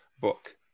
book